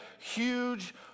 huge